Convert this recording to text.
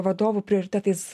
vadovų prioritetais